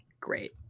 Great